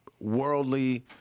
worldly